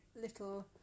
little